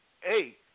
hey